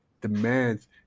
demands